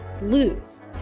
lose